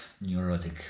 neurotic